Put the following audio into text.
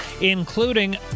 including